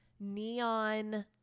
Neon